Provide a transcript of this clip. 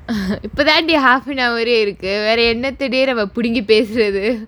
இப்ப தாண்டி:ippa thaandi half an hour eh இருக்கு வேற என்னதடி நாம புடிங்கி பேசுறது:irukku vera ennathadi naama pudungi pesurathu